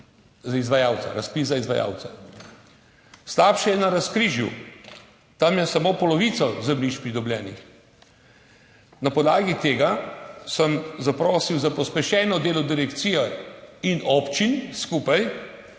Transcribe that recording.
za izvajalce še v mesecu marcu. Slabše je na Razkrižju, tam je samo polovica zemljišč pridobljenih. Na podlagi tega sem zaprosil za pospešeno delo direkcije in občin skupaj,